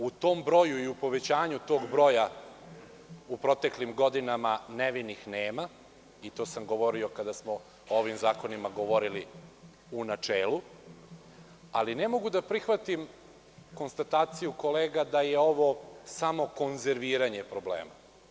U tom broju i u povećanju tog broja, u proteklim godinama, nevinih nema, i to sam govorio kada smo o ovim zakonima govorili u načelu, ali ne mogu da prihvatim konstataciju kolega da je ovo samo konzerviranje problema.